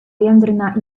jędrna